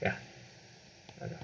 ya